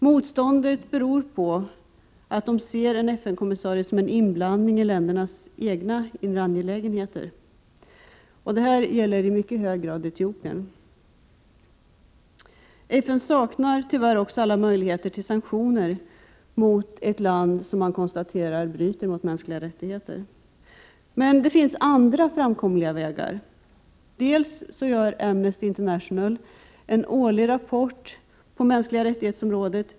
Motståndet beror på att de ser en FN-kommissarie som en inblandning i ländernas egna inre angelägenheter. Detta gäller i mycket hög grad Etiopien. FN saknar tyvärr också alla möjligheter till sanktioner mot ett land som man har konstaterat bryter mot de mänskliga rättigheterna. Men det finns andra framkomliga vägar. Dels gör Amnesty International en årlig rapport över de mänskliga rättigheterna.